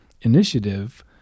initiative